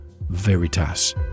Veritas